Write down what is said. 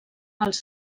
als